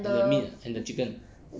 and the meat and the chicken